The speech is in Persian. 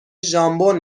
ژامبون